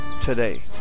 today